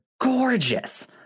gorgeous